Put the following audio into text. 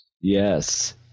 Yes